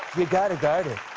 we've got to guard it.